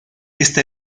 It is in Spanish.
esta